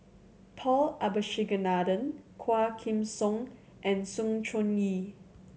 Paul Abisheganaden Quah Kim Song and Sng Choon Yee